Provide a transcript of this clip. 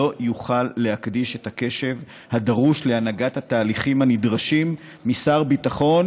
לא יוכל להקדיש את הקשב הדרוש להנהגת התהליכים הנדרשים משר ביטחון,